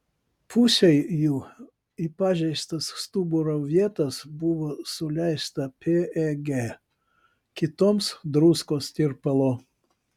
pusei jų į pažeistas stuburo vietas buvo suleista peg kitoms druskos tirpalo